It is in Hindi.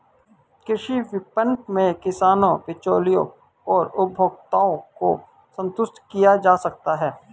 कृषि विपणन में किसानों, बिचौलियों और उपभोक्ताओं को संतुष्ट किया जा सकता है